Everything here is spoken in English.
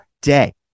day